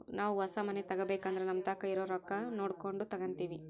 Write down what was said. ನಾವು ಹೊಸ ಮನೆ ತಗಬೇಕಂದ್ರ ನಮತಾಕ ಇರೊ ರೊಕ್ಕ ನೋಡಕೊಂಡು ತಗಂತಿವಿ